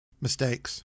mistakes